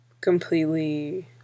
completely